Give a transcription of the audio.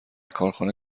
کارخانه